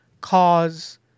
cause